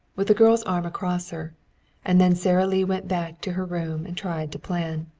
with the girl's arm across her and then sara lee went back to her room and tried to plan.